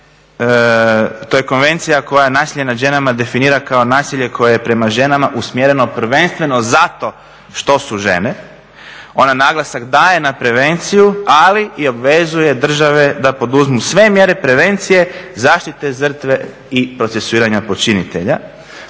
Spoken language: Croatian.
to je konvencija koja nasilje nad ženama definira kao nasilje koje je prema ženama usmjereno prvenstveno zato što su žene. Ona naglasak daje na prevenciju, ali i obvezuje države da poduzmu sve mjere prevencije zaštite žrtve i procesuiranja počinitelja.